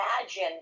imagine